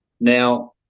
Now